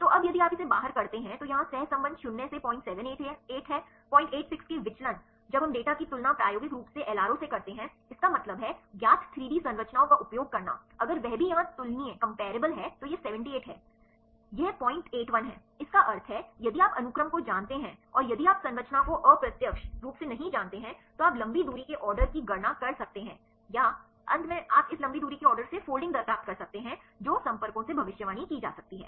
तो अब यदि आप इसे बाहर करते हैं तो यहाँ सहसंबंध शून्य से 078 है 086 के विचलन जब हम डेटा की तुलना प्रायोगिक रूप से LRO से करते हैं इसका मतलब है ज्ञात 3D संरचनाओं का उपयोग करना अगर वह भी यहाँ तुलनीय है तो यह 78 है यह 081 है इसका अर्थ है यदि आप अनुक्रम को जानते हैं और यदि आप संरचना को अप्रत्यक्ष रूप से नहीं जानते हैं तो आप लंबी दूरी के ऑर्डर की गणना कर सकते हैं या अंत में आप इस लंबी दूरी के ऑर्डर से फोल्डिंग दर प्राप्त कर सकते हैं जो संपर्कों से भविष्यवाणी की जा सकती है